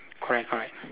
correct correct